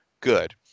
good